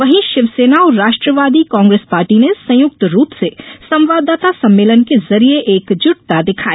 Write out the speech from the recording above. वहीं शिवसेना और Rashtravadi Congress Party ने संयुक्त रूप से संवाददाता सम्मेलन के जरिए एकजुटता दिखाई